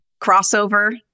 crossover